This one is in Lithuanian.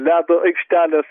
ledo aikštelės